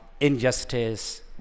Injustice